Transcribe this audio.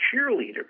cheerleader